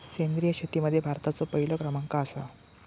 सेंद्रिय शेतीमध्ये भारताचो पहिलो क्रमांक आसा